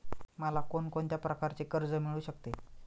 मला कोण कोणत्या प्रकारचे कर्ज मिळू शकते?